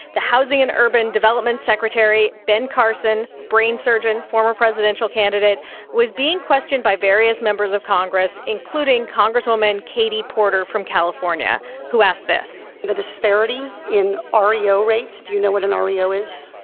the housing and urban development secretary, ben carson brain surgeon, former presidential candidate was being questioned by various members of congress, including congresswoman katie porter from california, who asked this. the disparity in ah reo rates. do you know what an reo is?